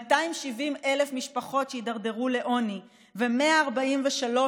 270,000 משפחות שהידרדרו לעוני ו-143,000